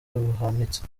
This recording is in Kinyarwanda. buhanitse